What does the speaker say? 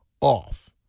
off